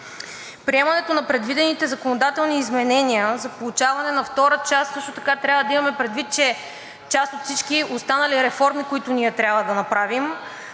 Приемането на предвидените законодателни изменения за получаването на втора част също така трябва да имаме предвид, че част от всички останали реформи, които ние трябва да направим,